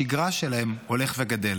לשגרה שלהם, הולך וגדל.